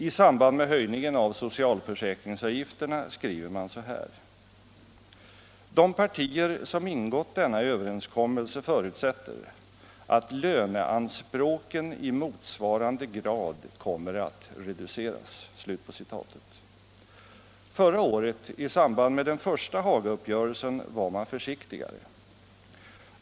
I samband med höjningen av socialförsäkringsavgifterna skriver man: ”De partier som ingått denna överenskommelse förutsätter att löneanspråken i motsvarande grad kommer att reduceras.” Förra året, i samband med den första Hagauppgörelsen, var man försiktigare.